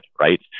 right